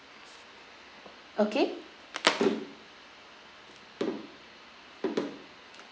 okay